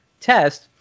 Test